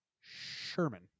Sherman